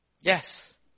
Yes